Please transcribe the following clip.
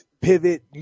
pivot